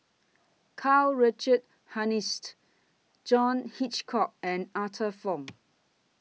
Karl Richard Hanitsch John Hitchcock and Arthur Fong